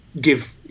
give